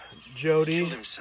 Jody